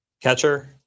Catcher